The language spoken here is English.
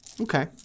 Okay